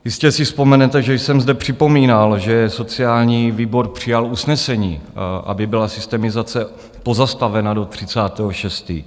Jistě si vzpomenete, že jsem zde připomínal, že sociální výbor přijal usnesení, aby byla systemizace pozastavena do 30. 6.